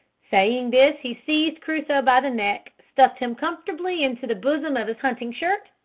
saying this he seized crusoe by the neck, stuffed him comfortably into the bosom of his hunting shirt,